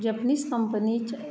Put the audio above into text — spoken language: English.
japanese company